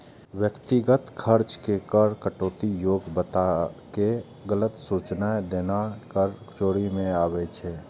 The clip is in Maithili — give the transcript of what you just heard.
व्यक्तिगत खर्च के कर कटौती योग्य बताके गलत सूचनाय देनाय कर चोरी मे आबै छै